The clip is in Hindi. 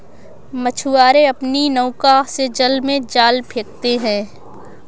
मछुआरे अपनी नौका से जल में जाल फेंकते हैं